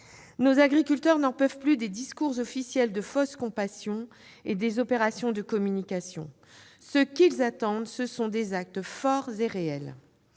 Nos agriculteurs n'en peuvent plus des discours officiels de fausse compassion et des opérations de communication. Ce qu'ils attendent, ce sont des actes forts et réels